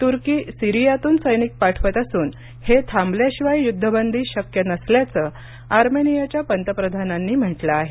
तुर्की सिरियातून सैनिक पाठवत असून हे थांबल्याशिवाय युद्धबंदी शक्य नसल्याचं आर्मेनियाच्या पंतप्रधानांनी म्हटलं आहे